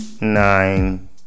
Nine